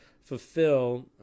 fulfill